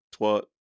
twat